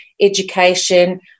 education